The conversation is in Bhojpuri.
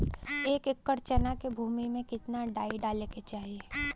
एक एकड़ चना के भूमि में कितना डाई डाले के चाही?